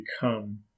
become